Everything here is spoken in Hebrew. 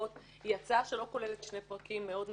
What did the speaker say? מצטרפות היא הצעה שלא כוללת שני פרקים מאוד משמעותיים,